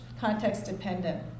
context-dependent